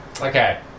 okay